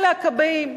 אלה הכבאים,